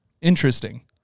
Interesting